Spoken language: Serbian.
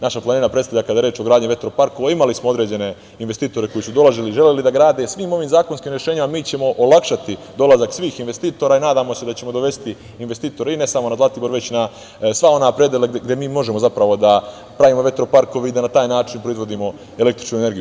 Naša planina predstavlja kada je reč o gradnji vetroparkova, imali smo određene investitore koji su dolazili i želeli da grade, svim ovim zakonskim rešenjima mi ćemo olakšati dolazak svih investitora i nadamo se da ćemo dovesti investitore ne samo na Zlatiboru, već na sve one predele gde možemo da pravimo vetroparkove i da na taj način proizvodimo električnu energiju.